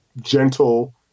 gentle